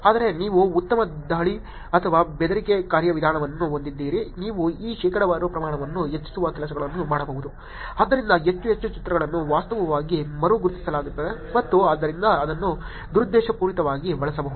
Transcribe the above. ಆದರೆ ನೀವು ಉತ್ತಮ ದಾಳಿ ಅಥವಾ ಬೆದರಿಕೆ ಕಾರ್ಯವಿಧಾನವನ್ನು ಹೊಂದಿದ್ದರೆ ನೀವು ಈ ಶೇಕಡಾವಾರು ಪ್ರಮಾಣವನ್ನು ಹೆಚ್ಚಿಸುವ ಕೆಲಸಗಳನ್ನು ಮಾಡಬಹುದು ಆದ್ದರಿಂದ ಹೆಚ್ಚು ಹೆಚ್ಚು ಚಿತ್ರಗಳನ್ನು ವಾಸ್ತವವಾಗಿ ಮರು ಗುರುತಿಸಲಾಗುತ್ತದೆ ಮತ್ತು ಆದ್ದರಿಂದ ಅದನ್ನು ದುರುದ್ದೇಶಪೂರಿತವಾಗಿ ಬಳಸಬಹುದು